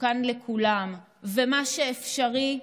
מסוכן לכולם, ומה שאפשרי,